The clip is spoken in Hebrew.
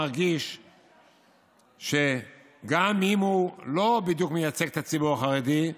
מרגיש שגם אם הוא לא בדיוק מייצג את הציבור החרדי,